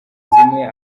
zimwe